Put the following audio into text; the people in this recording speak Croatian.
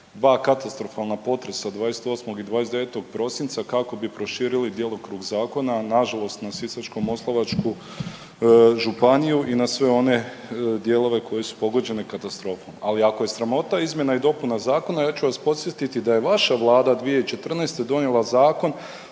dva katastrofalna potresa 28. i 29. prosinca kako bi proširili djelokrug Zakona, nažalost na Sisačko-moslavačku županiju i na sve one dijelove koje su pogođene katastrofom. Ali, ako je sramota izmjena i dopuna zakona, ja ću vas podsjetiti da je vaša Vlada 2014. donijela zakon